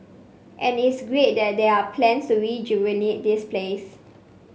and it's great that there are plans to rejuvenate this place